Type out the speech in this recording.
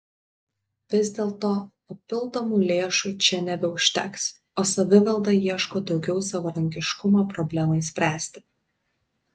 vis dėlto papildomų lėšų čia nebeužteks o savivalda ieško daugiau savarankiškumo problemai spręsti